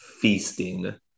feasting